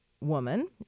woman